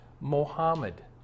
Mohammed